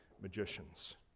magicians